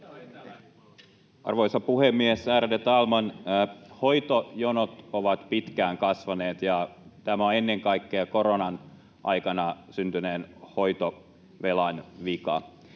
Arvoisa puhemies, ärade talman! Hoitojonot ovat pitkään kasvaneet, ja tämä on ennen kaikkea koronan aikana syntyneen hoitovelan vika.